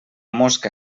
mosca